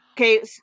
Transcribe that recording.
Okay